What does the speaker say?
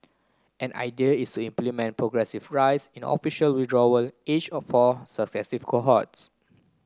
an idea is to implement progressive rise in official withdrawal age of all successive cohorts